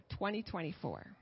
2024